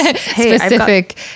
specific